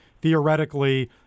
theoretically